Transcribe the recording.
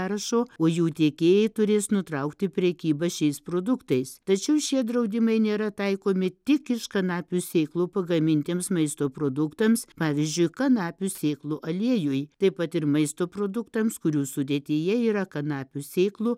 sąrašo o jų tiekėjai turės nutraukti prekybą šiais produktais tačiau šie draudimai nėra taikomi tik iš kanapių sėklų pagamintiems maisto produktams pavyzdžiui kanapių sėklų aliejuj taip pat ir maisto produktams kurių sudėtyje yra kanapių sėklų